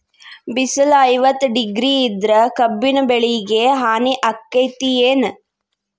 ಬಿಸಿಲ ಐವತ್ತ ಡಿಗ್ರಿ ಇದ್ರ ಕಬ್ಬಿನ ಬೆಳಿಗೆ ಹಾನಿ ಆಕೆತ್ತಿ ಏನ್?